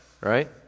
right